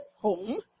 home